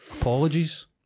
Apologies